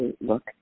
look